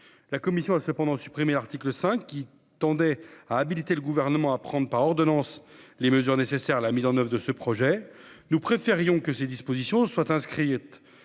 la commission a cependant supprimer l'article 5 qui tendait à habiliter le gouvernement à prendre par ordonnances, les mesures nécessaires à la mise en oeuvre de ce projet, nous préférions que ces dispositions soient inscrites